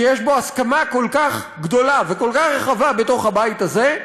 שיש בו הסכמה כל כך גדולה וכל כך רחבה בתוך הבית הזה,